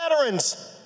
veterans